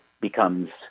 becomes